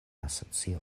asocio